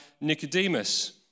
Nicodemus